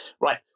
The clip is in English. Right